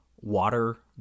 water